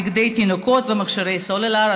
בגדי תינוקות ומכשירי סלולר,